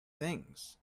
things